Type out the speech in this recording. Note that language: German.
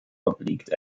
obliegt